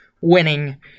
winning